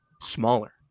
smaller